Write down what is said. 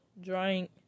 drink